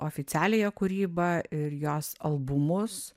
oficialiąją kūrybą ir jos albumus